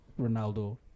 ronaldo